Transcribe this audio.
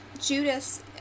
Judas